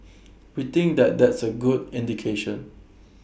we think that that's A good indication